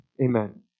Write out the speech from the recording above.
Amen